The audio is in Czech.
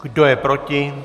Kdo je proti?